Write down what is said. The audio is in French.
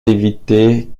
d’éviter